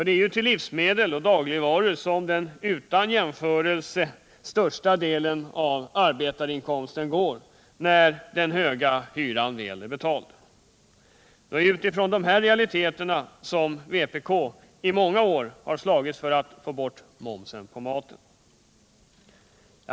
Det är till livsmedel och dagligvaror som den utan jämförelse största delen av arbetarinkomsten går när den höga hyran väl är betald. Det är utifrån dessa realiteter som vpk i många år har slagits för att få bort momsen på mat.